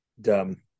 dumb